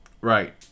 Right